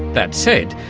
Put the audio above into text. that said,